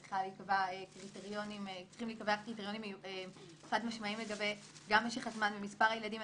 צריכים להיקבע קריטריונים חד משמעיים לגבי משך הזמן ומספר הילדים.